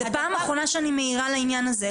זאת הפעם האחרונה שאני מעירה לעניין הזה.